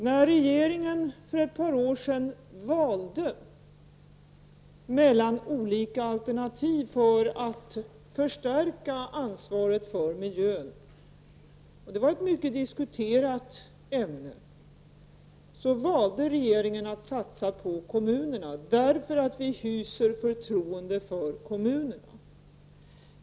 När regeringen för ett par år sedan valde mellan olika alternativ för att förstärka ansvaret för miljön — och det var ett mycket diskuterat ämne — satsade regeringen på kommunerna, därför att regeringen hyser förtroende för dessa.